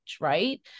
right